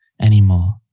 anymore